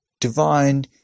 divine